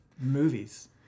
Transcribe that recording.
movies